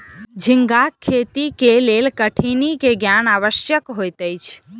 झींगाक खेती के लेल कठिनी के ज्ञान आवश्यक होइत अछि